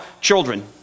children